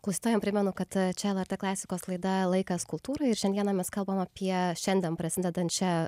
sustojome primenu kad čia lrt klasikos laida laikas kultūrai ir šiandieną mes kalbame apie šiandien prasidedančią